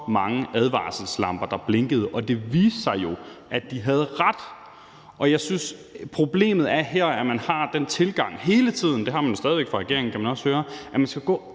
mange advarselslamper, der blinkede, og det viste sig jo, at de havde ret. Og jeg synes, at problemet her er, at man hele tiden har den tilgang – det har man jo stadig væk i regeringen, kan man også høre – at man skal gå